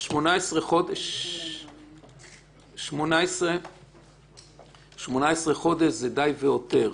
18 חודשים זה די והותר.